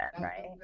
right